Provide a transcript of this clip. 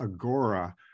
agora